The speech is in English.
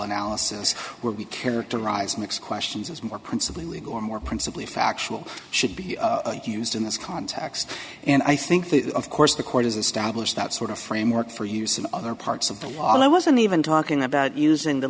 analysis where we characterize mix questions is more principally legal or more principally factual should be used in this context and i think of course the court has established that sort of framework for use in other parts of the wall i wasn't even talking about using the